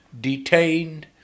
detained